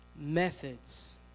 methods